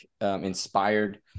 inspired